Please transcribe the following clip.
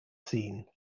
scene